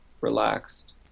relaxed